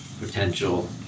potential